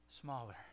smaller